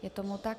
Je tomu tak.